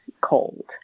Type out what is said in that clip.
cold